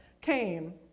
came